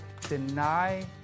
deny